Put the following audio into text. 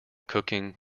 cooking